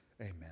Amen